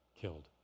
killed